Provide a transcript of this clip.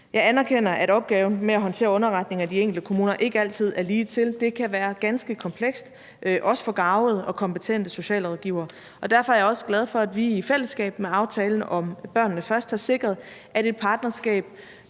Jeg anerkender, at opgaven med at håndtere underretninger i de enkelte kommuner ikke altid er ligetil. Det kan være ganske komplekst, også for garvede og kompetente socialrådgivere. Derfor er jeg også glad for, at vi i fællesskab i forhold til aftalen om »Børnene Først« har sikret, at et partnerskab